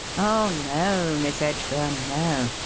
oh, no, miss edgburn no,